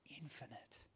infinite